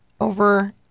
over